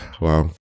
wow